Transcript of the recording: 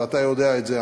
ואתה יודע את זה,